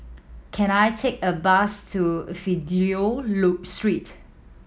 can I take a bus to Fidelio Street